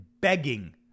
begging